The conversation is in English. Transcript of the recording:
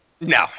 No